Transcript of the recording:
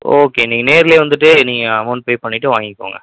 okay நீங்கள் நேர்லேயே வந்துட்டு நீங்கள் அமௌண்ட் பே பண்ணிவிட்டு வாங்கிக்கோங்க